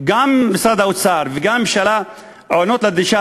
גם משרד האוצר וגם הממשלה עונים על הדרישה